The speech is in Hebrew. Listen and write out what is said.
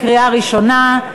קריאה ראשונה.